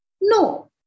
No